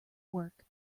work